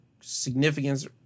significance